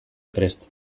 prest